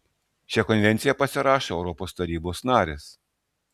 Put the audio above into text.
šią konvenciją pasirašo europos tarybos narės